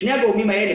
שני הגורמים האלה,